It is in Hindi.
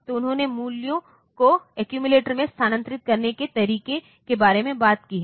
तो उन्होंने मूल्यों को एक्यूमिलेटर में स्थानांतरित करने के तरीके के बारे में बात की हैं